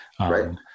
right